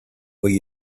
will